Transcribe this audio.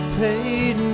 paid